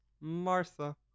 martha